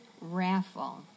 raffle